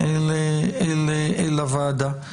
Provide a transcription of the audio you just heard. אל הוועדה.